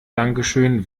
dankeschön